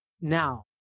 now